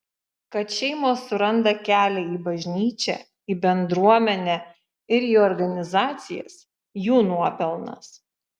kad šeimos suranda kelią į bažnyčią į bendruomenę ir į organizacijas jų nuopelnas